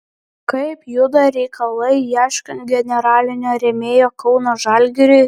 kaip juda reikalai ieškant generalinio rėmėjo kauno žalgiriui